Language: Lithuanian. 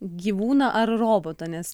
gyvūną ar robotą nes